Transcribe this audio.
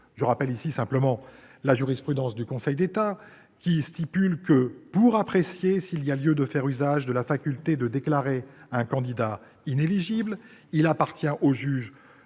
la sanction. En vertu de la jurisprudence du Conseil d'État, pour apprécier s'il y a lieu de faire usage de la faculté de déclarer un candidat inéligible, il appartient au juge